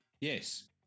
Yes